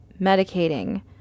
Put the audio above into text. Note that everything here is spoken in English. medicating